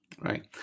Right